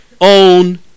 own